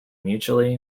mutually